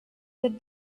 that